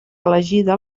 elegida